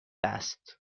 است